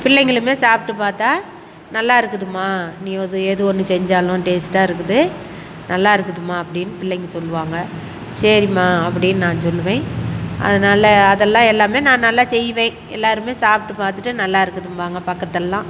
பிள்ளைங்களுமே சாப்பிட்டு பார்த்தா நல்லா இருக்குதும்மா நீ அது எது ஒன்று செஞ்சாலும் டேஸ்டாக இருக்குது நல்லா இருக்குதும்மா அப்படின்னு பிள்ளைங்க சொல்லுவாங்க சரிம்மா அப்படின்னு நான் சொல்லுவேன் அதனால அதெல்லாம் எல்லாமே நான் நல்லா செய்வேன் எல்லோருமே சாப்பிட்டு பார்த்துட்டு நல்லா இருக்குதும்பாங்க பக்கத்தில்லாம்